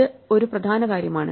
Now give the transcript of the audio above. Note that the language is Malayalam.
ഇത് ഒരു പ്രധാന കാര്യമാണ്